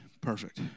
Perfect